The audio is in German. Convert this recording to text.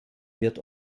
wird